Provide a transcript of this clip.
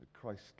Christ